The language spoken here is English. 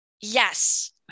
Yes